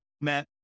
met